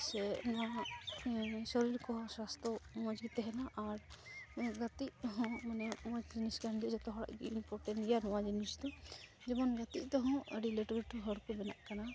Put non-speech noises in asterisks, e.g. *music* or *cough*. ᱥᱮ *unintelligible* ᱥᱚᱨᱤᱨᱠᱚ ᱦᱚᱸ ᱥᱩᱥᱛᱚ ᱢᱚᱡᱽᱜᱮ ᱛᱮᱦᱮᱱᱟ ᱟᱨ ᱜᱟᱛᱮᱜ ᱦᱚᱸ ᱢᱟᱱᱮ ᱢᱚᱡᱽ ᱡᱤᱱᱤᱥᱠᱟᱱ ᱜᱮᱭᱟ ᱡᱚᱛᱚ ᱦᱚᱲᱟᱜ ᱜᱮ ᱤᱢᱯᱚᱴᱮᱱ ᱜᱮᱭᱟ ᱱᱚᱣᱟ ᱡᱤᱱᱤᱥᱫᱚ ᱡᱮᱢᱚᱱ ᱜᱟᱛᱮᱜ ᱛᱮᱦᱚᱸ ᱟᱹᱰᱤ ᱞᱟᱹᱴᱩᱼᱞᱟᱹᱴᱩ ᱦᱚᱲᱠᱚ ᱵᱮᱱᱟᱜ ᱠᱟᱱᱟ